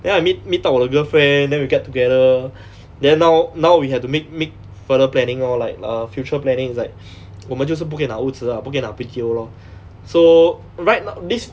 then I meet meet 到我的 girlfriend then we get together then now now we have to make make further planning lor like uh future planning it's like 我们就是不可以拿屋子 lah 不可以拿 B_T_O lor so right now this